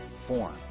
form